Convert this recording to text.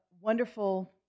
wonderful